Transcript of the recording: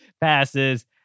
passes